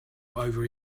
over